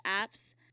apps